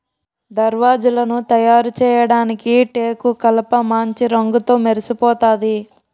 దర్వాజలను తయారుచేయడానికి టేకుకలపమాంచి రంగుతో మెరిసిపోతాది